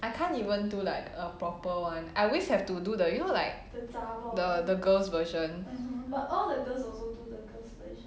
I can't even do like a proper one I always have to do the you know like the the the girls version